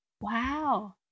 Wow